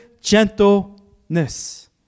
gentleness